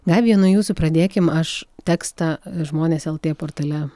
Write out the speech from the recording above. gabija nuo jūsų pradėkim aš tekstą žmonės lt portale